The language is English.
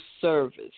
service